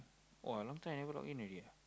!wah! I long time never login already ah